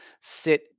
sit